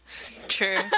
True